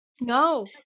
No